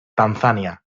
tanzania